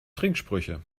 trinksprüche